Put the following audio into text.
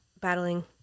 battling